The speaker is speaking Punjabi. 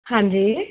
ਹਾਂਜੀ